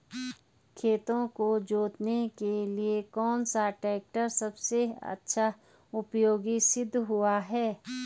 खेतों को जोतने के लिए कौन सा टैक्टर सबसे अच्छा उपयोगी सिद्ध हुआ है?